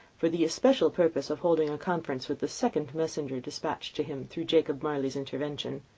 for the especial purpose of holding a conference with the second messenger despatched to him through jacob marley's intervention.